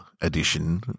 edition